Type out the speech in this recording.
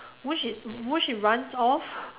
which it which it runs off